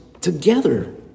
together